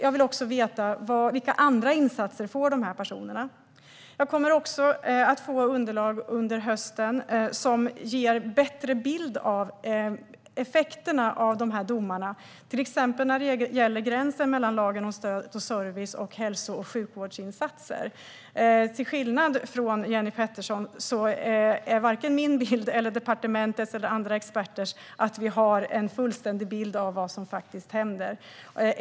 Jag vill också veta vilka andra insatser de här personerna får. Jag kommer under hösten också att få underlag som ger en bättre bild av effekten av domarna, till exempel när det gäller gränsen mellan lagen om stöd och service och hälso och sjukvårdsinsatser. Till skillnad från Jenny Petersson har varken jag, departementet eller andra experter uppfattningen att vi har en fullständig bild av vad som faktiskt händer.